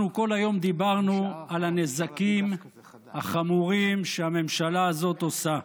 אנחנו כל היום דיברנו על הנזקים החמורים שהממשלה הזאת עושה.